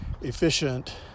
efficient